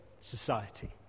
society